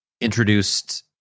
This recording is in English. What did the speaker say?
introduced